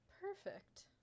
Perfect